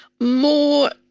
more